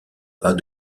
pas